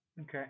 Okay